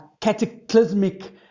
cataclysmic